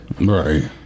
right